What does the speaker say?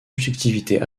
objectivité